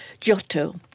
Giotto